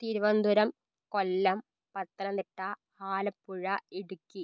Thiruvananthapuram Kollam Pathanamthitta Alappuzha Idukki